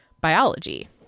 biology